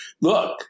Look